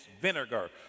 vinegar